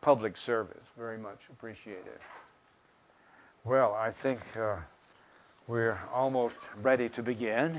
public service very much appreciated well i think we're almost ready to begin